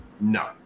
No